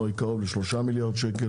היא קרוב לשלושה מיליון שקלים,